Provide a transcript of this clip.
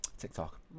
TikTok